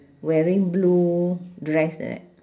wearing blue dress right